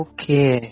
Okay